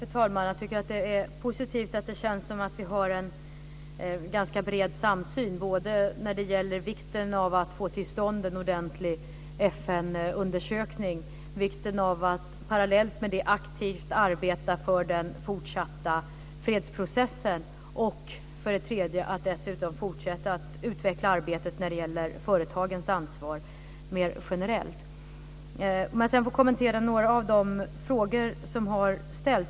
Fru talman! Jag tycker att det är positivt att det känns som att vi har en ganska bred samsyn om vikten av att få till stånd en ordentlig FN-undersökning, att parallellt med den aktivt arbeta för den fortsatta fredsprincipen och att dessutom fortsätta att utveckla arbetet när det gäller företagens ansvar mer generellt. Jag ska nu kommentera några av de frågor som har ställts.